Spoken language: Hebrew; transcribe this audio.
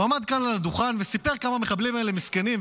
הוא עמד כאן על הדוכן וסיפר כמה המחבלים האלה מסכנים,